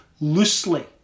loosely